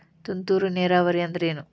ತುಂತುರು ನೇರಾವರಿ ಅಂದ್ರ ಏನ್?